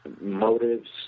motives